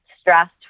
stressed